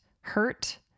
hurt